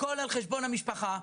הכול על חשבון המשפחה,